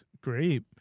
Great